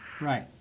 Right